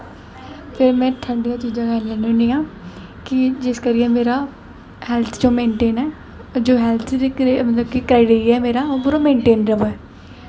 ते में ठंडियां चीजां गै लैन्नी होन्नी आं कि जिस करियै मेरा हैल्थ जे मेनटेन ऐ हैल्थ जो करा दी ऐ ओह् मेरा मेनटेन र'वै